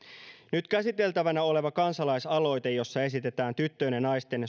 nyt käsiteltävänä oleva kansalaisaloite jossa esitetään tyttöjen ja naisten